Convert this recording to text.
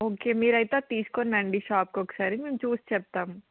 okay మీరైతే తీసుకోనండి షాప్కి ఒకసారి మేము చూసి చెప్తాము